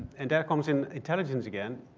and that comes in intelligence again,